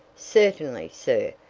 certainly, sir,